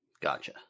Gotcha